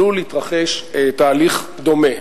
עלול להתרחש תהליך דומה.